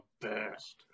best